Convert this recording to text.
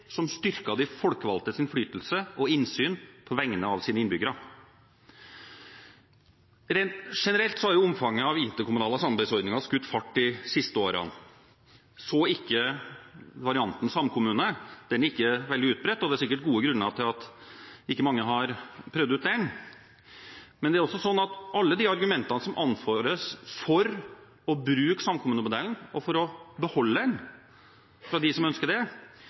som styrket de folkevalgtes innflytelse og innsyn på vegne av sine innbyggere. Rent generelt har omfanget av interkommunale samarbeidsordninger skutt fart de siste årene – så ikke med varianten samkommune, den er ikke veldig utbredt, og det er sikkert gode grunner til at ikke mange har prøvd ut den. Men det er også sånn at alle de argumentene som anføres for å bruke samkommunemodellen og for å beholde den, fra dem som ønsker det,